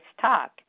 talk